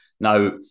Now